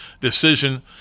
decision